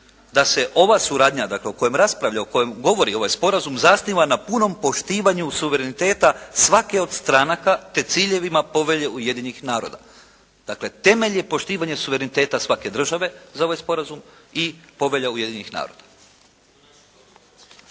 da se ova suradnja, dakle o kojoj raspravljamo o kojoj govori ovaj sporazum zasniva na punom poštivanju suvereniteta svake od stranaka, te ciljevima Povelje Ujedinjenih naroda. Dakle, temelje poštivanja suvereniteta svake države za ovaj sporazum i Povelja Ujedinjenih naroda.